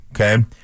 Okay